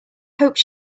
hope